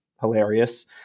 hilarious